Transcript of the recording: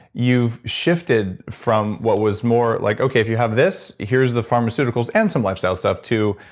you've shifted from what was more like, okay, if you have this, here's the pharmaceuticals and some lifestyle stuff too.